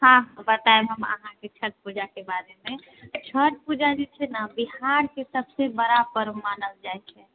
हँ हँ बताएब हम अहाँके छठि पूजा के बारे मे छठि पूजा जे छै ने बिहार के सबसे बड़ा पर्व मानल जाइ छै